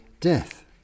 death